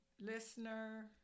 listener